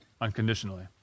unconditionally